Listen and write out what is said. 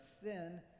sin